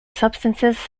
substances